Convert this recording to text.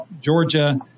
Georgia